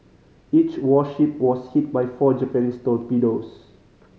each warship was hit by four Japanese torpedoes